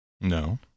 No